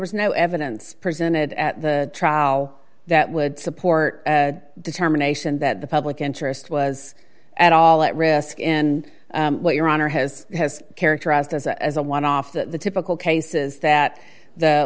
was no evidence presented at the trial that would support a determination that the public interest was at all at risk in what your honor has has characterized as a one off the typical cases that the